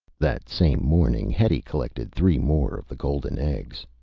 that same morning, hetty collected three more of the golden eggs.